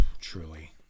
Truly